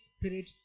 Spirit